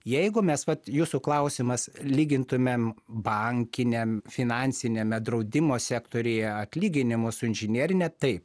jeigu mes vat jūsų klausimas lygintumėm bankiniam finansiniame draudimo sektoriuje atlyginimus su inžinerine taip